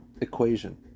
equation